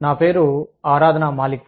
నా పేరు ఆరాధన మాలిక్